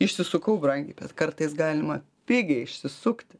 išsisukau brangiai bet kartais galima pigiai išsisukti